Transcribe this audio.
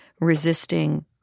resisting